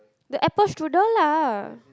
the apple strudel lah